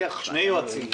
לוקח שני יועצים.